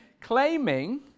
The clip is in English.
claiming